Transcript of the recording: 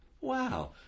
Wow